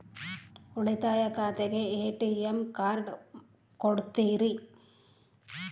ಉಳಿತಾಯ ಖಾತೆಗೆ ATM card ಕೊಡ್ತೇರಿ?